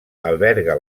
alberga